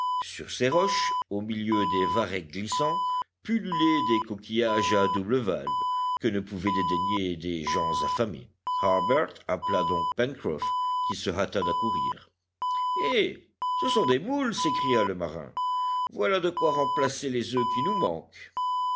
sur ces roches au milieu des varechs glissants pullulaient des coquillages à double valve que ne pouvaient dédaigner des gens affamés harbert appela donc pencroff qui se hâta d'accourir eh ce sont des moules s'écria le marin voilà de quoi remplacer les oeufs qui nous manquent